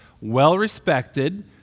well-respected